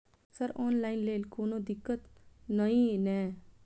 Sir online लैल कोनो दिक्कत न ई नै?